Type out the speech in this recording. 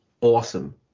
awesome